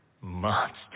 monster